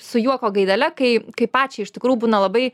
su juoko gaidele kai kai pačiai iš tikrųjų būna labai